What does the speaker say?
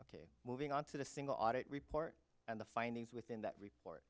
ok moving on to the single audit report and the findings within that report